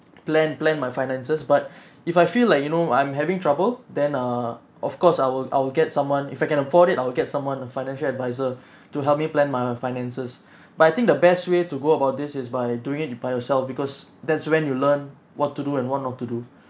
plan plan my finances but if I feel like you know I'm having trouble then uh of course I will I will get someone if I can afford it I will get someone a financial advisor to help me plan my finances but I think the best way to go about this is by doing it by yourself because that's when you learn what to do and what not to do